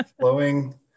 flowing